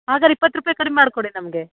ಆದ್ರೆ ಇಪ್ಪತ್ತು ರೂಪಾಯಿ ಕಡಿಮೆ ಮಾಡಿಕೊಡಿ ನಮಗೆ